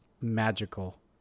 magical